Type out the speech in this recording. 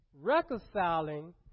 reconciling